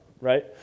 right